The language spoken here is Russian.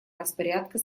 распорядка